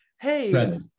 hey